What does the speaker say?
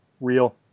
Real